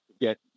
get